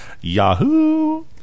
Yahoo